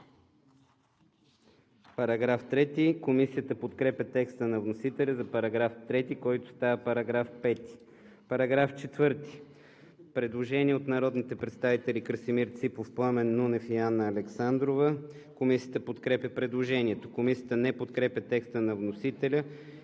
Председател. Комисията подкрепя текста на вносителя за § 3, който става § 5. По § 4 има предложение от народните представители Красимир Ципов, Пламен Нунев и Анна Александрова. Комисията подкрепя предложението. Комисията не подкрепя текста на вносителя